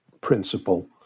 principle